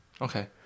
Okay